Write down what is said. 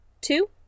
two